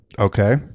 okay